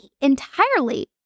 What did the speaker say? entirely